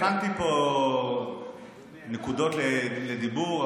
הכנתי פה נקודות לדיבור,